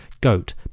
goat